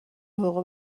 حقوق